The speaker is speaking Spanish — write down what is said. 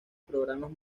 programas